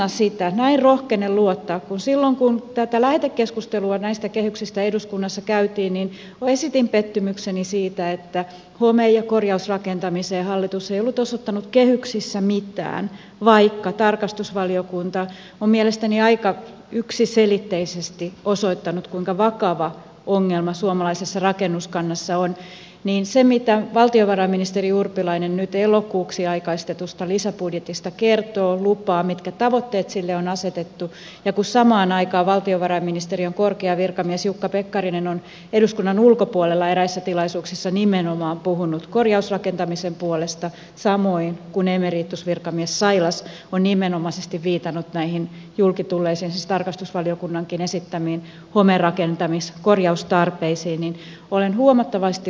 osana sitä näin rohkenen luottaa kun silloin kun lähetekeskustelua näistä kehyksistä eduskunnassa käytiin esitin pettymykseni siitä että home ja korjausrakentamiseen hallitus ei ollut osoittanut kehyksissä mitään vaikka tarkastusvaliokunta on mielestäni aika yksiselitteisesti osoittanut kuinka vakava ongelma suomalaisessa rakennuskannassa on niin sen perusteella mitä valtiovarainministeri urpilainen nyt elokuuksi aikaistetusta lisäbudjetista kertoo lupaa mitkä tavoitteet sille on asetettu ja kun samaan aikaan valtiovarainministeriön korkea virkamies jukka pekkarinen on eduskunnan ulkopuolella eräissä tilaisuuksissa nimenomaan puhunut korjausrakentamisen puolesta samoin kuin emeritusvirkamies sailas on nimenomaisesti viitannut näihin julki tulleisiin siis tarkastusvaliokunnankin esittämiin homerakennusten korjaustarpeisiin niin olen huomattavasti luottavaisemmalla mielellä